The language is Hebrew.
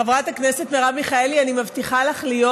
חברת הכנסת מרב מיכאלי, אני מבטיחה לך להיות